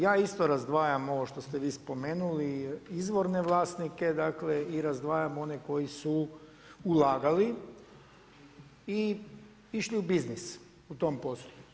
Ja isto razdvajam ovo što ste spomenuli izvorne vlasnike, dakle i razdvajam one koji su ulagali i išli u biznis u tom postupku.